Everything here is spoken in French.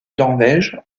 norvège